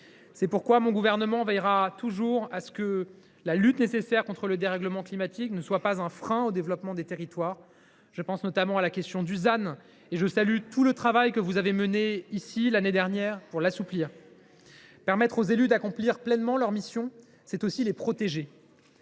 C’est pourquoi mon gouvernement veillera toujours à ce que la lutte nécessaire contre le dérèglement climatique ne soit pas un frein au développement des territoires. Je pense notamment à la question du « zéro artificialisation nette » (ZAN). À cet égard, je salue tout le travail que vous avez effectué ici, l’année dernière, pour assouplir ce dispositif. Permettre aux élus d’accomplir pleinement leur mission, c’est aussi les protéger.